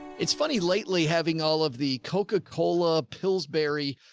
it's funny, lately having all of the coca cola pillsbury,